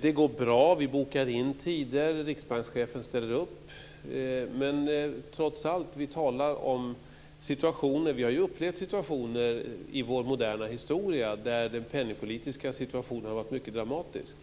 Det går bra. Vi bokar in tider. Riksbankschefen ställer upp. Men trots allt talar vi om speciella situationer. Vi har ju upplevt situationer i vår moderna historia där den penningpolitiska situationen har varit mycket dramatisk.